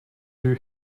you